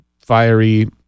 fiery